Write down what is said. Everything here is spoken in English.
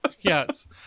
Yes